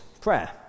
Prayer